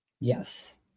Yes